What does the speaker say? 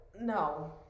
No